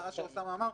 שאוסאמה סעדי אמר,